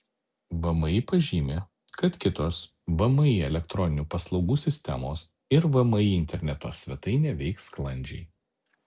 vmi pažymi kad kitos vmi elektroninių paslaugų sistemos ir vmi interneto svetainė veiks sklandžiai